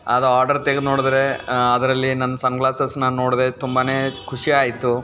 ಅದು ಆರ್ಡರ್ ತೆಗ್ದು ನೋಡಿದ್ರೆ ಅದರಲ್ಲಿ ನನ್ನ ಸನ್ ಗ್ಲಾಸಸ್ ನಾನು ನೋಡಿದೆ ತುಂಬಾ ಖುಷಿ ಆಯಿತು